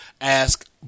Ask